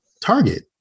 Target